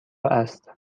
است